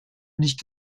nicht